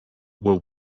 were